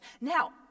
Now